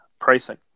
pricing